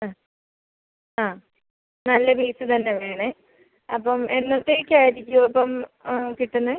ആ ആ നല്ല പീസ് തന്നെ വേണേ അപ്പം എന്നത്തേക്കായിരിക്കും അപ്പം കിട്ടുന്നത്